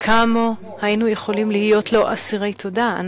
כמה היינו יכולים להיות אסירי תודה לו,